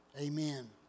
Amen